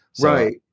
Right